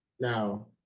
now